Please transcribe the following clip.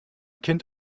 kind